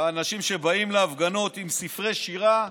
על האנשים שבאים להפגנות עם ספרי שירה,